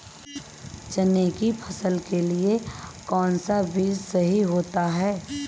चने की फसल के लिए कौनसा बीज सही होता है?